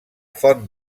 font